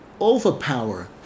overpower